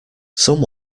some